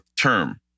term